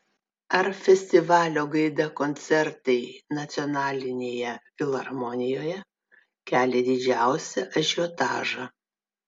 ar festivalio gaida koncertai nacionalinėje filharmonijoje kelia didžiausią ažiotažą